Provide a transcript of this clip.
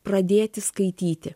pradėti skaityti